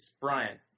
Brian